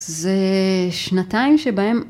זה שנתיים שבהם...